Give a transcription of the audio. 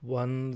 one